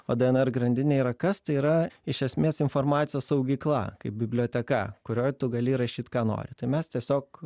o dnr grandinė yra kas tai yra iš esmės informacijos saugykla kaip biblioteka kurioj tu gali įrašyt ką nori tai mes tiesiog